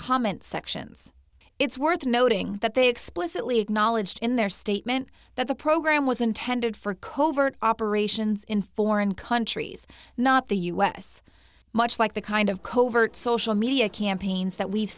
comment sections it's worth noting that they explicitly acknowledged in their statement that the program was intended for covert operations in foreign countries not the us much like the kind of covert social media campaigns that we've